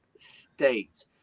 State